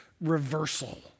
reversal